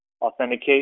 authenticate